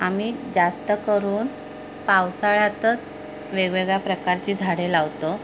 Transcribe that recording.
आम्ही जास्त करून पावसाळ्यातच वेगवेगळ्या प्रकारची झाडे लावतो